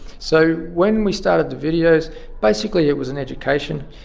so when we started the videos basically it was an education.